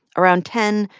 around ten,